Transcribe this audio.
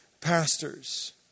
pastors